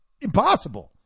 impossible